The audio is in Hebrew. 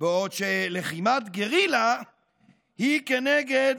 בעוד לחימת גרילה היא כנגד